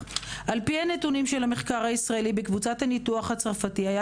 על פי הנתונים של המחקר הישראלי בקבוצת הניתוח הצרפתי היה